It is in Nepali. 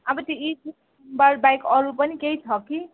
अब त्यो इडली साम्बार बाहेक अरू पनि केही छ कि